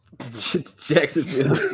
Jacksonville